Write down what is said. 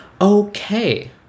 Okay